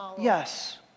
yes